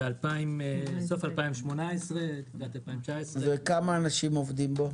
בסוף שנת 2018. כמה אנשים עובדים בו?